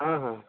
हँ हँ